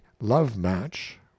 love-match